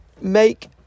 make